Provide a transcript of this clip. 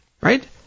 right